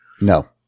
No